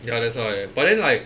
ya that's why but then like